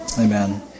Amen